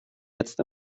jetzt